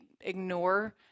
ignore